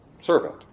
Servant